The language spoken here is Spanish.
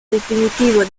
definitivo